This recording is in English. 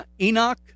Enoch